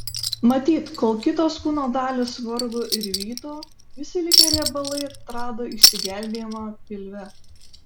matyt kol kitos kūno dalys vargo ir vyto visi likę riebalai atrado išsigelbėjimą pilve